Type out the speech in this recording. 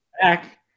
back